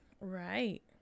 Right